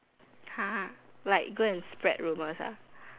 !huh! like go and spread rumors ah